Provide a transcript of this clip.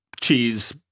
cheese